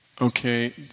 Okay